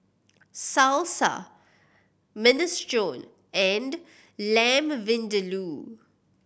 Salsa Minestrone and Lamb Vindaloo